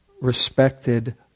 respected